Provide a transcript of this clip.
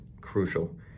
crucial